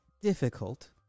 difficult